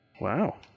Wow